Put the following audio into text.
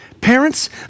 Parents